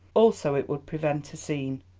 also it would prevent a scene.